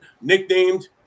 nicknamed